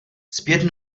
zpět